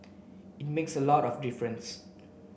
it makes a lot of difference